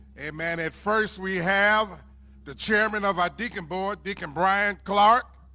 amen at first we have the chairman of our deacon board deacon brian clark